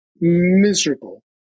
miserable